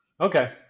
Okay